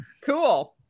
Cool